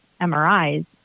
MRIs